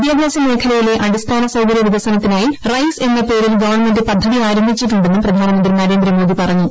വിദ്യാഭ്യാസ മേഖലയിലെ അടിസ്ഥാന സൌകര്യ വികസനത്തിനായി റൈസ് എന്ന പേരിൽ ഗവൺമെന്റ് പദ്ധതി ആരംഭിച്ചിട്ടു ന്നും പ്രധാനമന്ത്രി നരേന്ദ്രമോദി പറഞ്ഞു